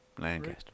Lancaster